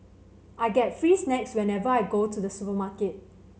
I get free snacks whenever I go to the supermarket